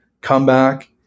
comeback